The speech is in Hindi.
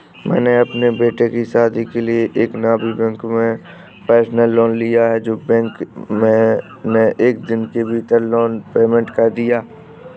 मैंने अपने बेटे की शादी के लिए एक नामी बैंक से पर्सनल लोन लिया है जो बैंक ने एक दिन के भीतर लोन पेमेंट कर दिया